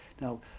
Now